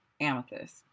Amethyst